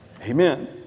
Amen